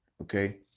okay